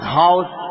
house